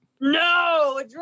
No